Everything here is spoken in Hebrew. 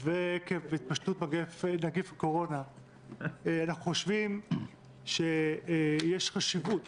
ועקב התפשטות נגיף הקורונה אנחנו חושבים שיש חשיבות